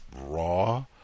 raw